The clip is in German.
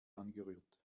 angerührt